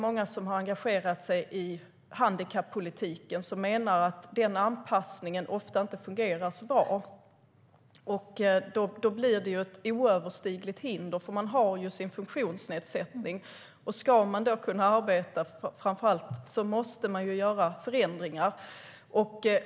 Många som har engagerat sig i handikappolitiken menar att den anpassningen ofta inte fungerar så bra, och då blir det ett oöverstigligt hinder. Sin funktionsnedsättning har man ju, och ska man då kunna arbeta, framför allt, så måste det till förändringar.